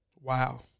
Wow